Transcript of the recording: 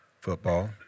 football